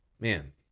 man